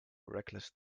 reckless